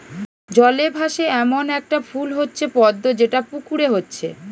জলে ভাসে এ্যামন একটা ফুল হচ্ছে পদ্ম যেটা পুকুরে হচ্ছে